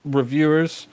reviewers